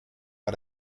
war